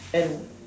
and